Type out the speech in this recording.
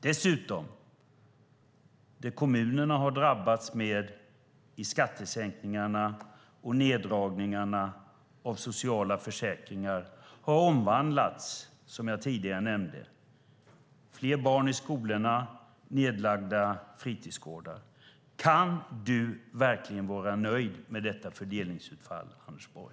Dessutom har kommunerna drabbats genom att skattesänkningarna och neddragningarna av sociala försäkringar som jag tidigare nämnde har omvandlats till fler barn i skolorna och nedlagda fritidsgårdar. Kan du verkligen vara nöjd med detta fördelningsutfall, Anders Borg?